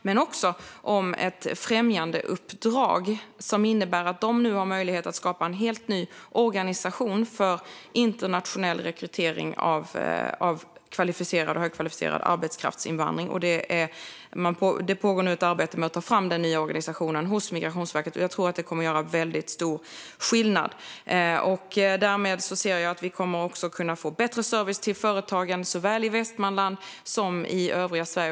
Vi gav också ett främjandeuppdrag som innebär att de nu har möjlighet att skapa en helt ny organisation för internationell rekrytering av kvalificerad och högkvalificerad arbetskraft. Det pågår nu ett arbete med att ta fram den nya organisationen hos Migrationsverket, och jag tror att det kommer att göra väldigt stor skillnad. Därmed ser jag att vi också kommer att kunna få bättre service till företagen, såväl i Västmanland som i övriga Sverige.